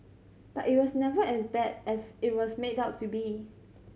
but it was never as bad as it was made out to be